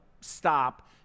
stop